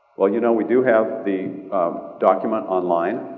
well you know we do have the document online.